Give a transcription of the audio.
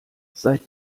seit